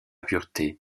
pureté